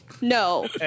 no